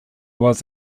was